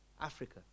Africa